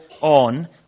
on